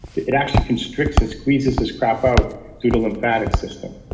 it actually constricts and squeezes this crap out through the lymphatic system.